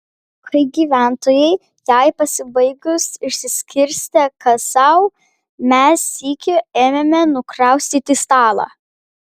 kai gyventojai jai pasibaigus išsiskirstė kas sau mes sykiu ėmėme nukraustyti stalą